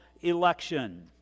election